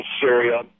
Syria